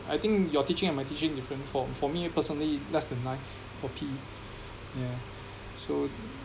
I think your teaching and my teaching different for for me personally less than nine forty yeah so